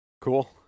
Cool